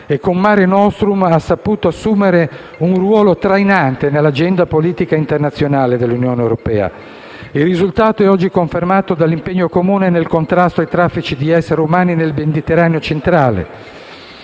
e, con Mare nostrum, ha saputo assumere un ruolo trainante nell'agenda politica internazionale dell'Unione europea. Il risultato è oggi confermato dall'impegno comune nel contrasto ai traffici di esseri umani nel Mediterraneo centrale,